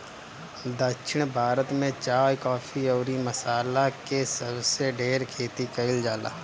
दक्षिण भारत में चाय, काफी अउरी मसाला के सबसे ढेर खेती कईल जाला